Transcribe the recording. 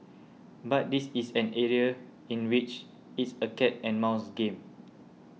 but this is an area in which it's a cat and mouse game